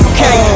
Okay